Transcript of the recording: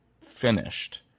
finished